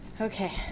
Okay